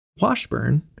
Washburn